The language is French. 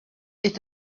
est